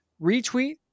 Retweet